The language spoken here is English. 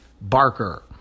Barker